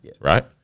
Right